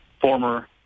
former